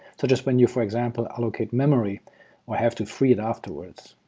such as when you, for example, allocate memory or have to free it afterwards.